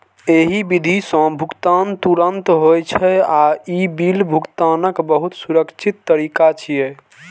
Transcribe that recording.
एहि विधि सं भुगतान तुरंत होइ छै आ ई बिल भुगतानक बहुत सुरक्षित तरीका छियै